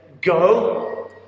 go